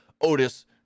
Otis